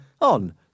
on